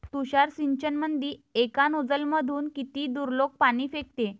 तुषार सिंचनमंदी एका नोजल मधून किती दुरलोक पाणी फेकते?